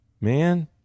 man